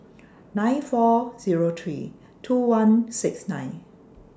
nine four Zero three two one six nine